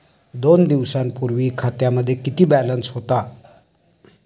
दोन दिवसांपूर्वी खात्यामध्ये किती बॅलन्स होता?